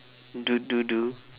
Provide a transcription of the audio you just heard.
ddu-du ddu-du